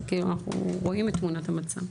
כוונתכם, כי אנחנו רואים את תמונת המצב.